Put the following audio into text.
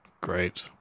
Great